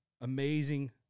Amazing